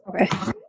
Okay